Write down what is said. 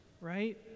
right